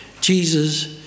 Jesus